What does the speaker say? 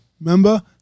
remember